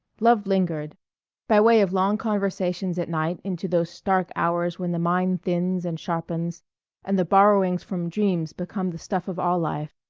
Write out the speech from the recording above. love lingered by way of long conversations at night into those stark hours when the mind thins and sharpens and the borrowings from dreams become the stuff of all life,